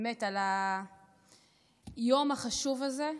באמת, על היום החשוב הזה.